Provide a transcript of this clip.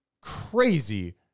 crazy